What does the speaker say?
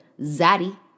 zaddy